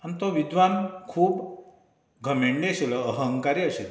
आनी तो विद्वान खूब घमेंडी आशिल्लो अहंकारी आशिल्लो